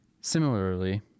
Similarly